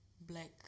black